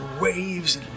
waves